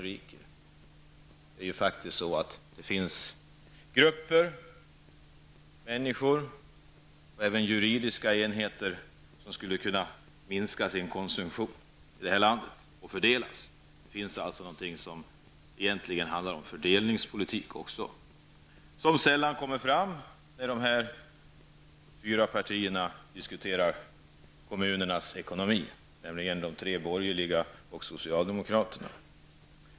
Det finns faktiskt grupper av människor, och även juridiska enheter, här i landet som skulle kunna minska sin konsumtion för att därmed i stället tillåta en fördelning. Det finns alltså någonting som egentligen handlar om fördelningspolitik. Men det är något som sällan kommer till uttryck när man i de fyra partierna diskuterar kommunernas ekonomi. Jag tänker då på de tre borgerliga partierna samt socialdemokraterna.